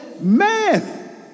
Man